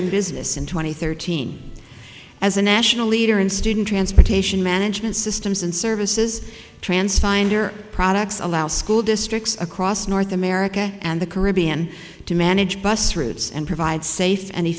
in business in two thousand and thirteen as a national leader in student transportation management systems and services trans finder products allow school districts across north america and the caribbean to manage bus routes and provide safe an